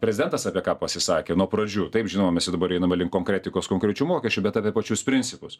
prezidentas apie ką pasisakė nuo pradžių taip žinoma mes jau dabar einame link konkretikos konkrečių mokesčių bet apie pačius principus